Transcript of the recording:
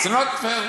It's not fair.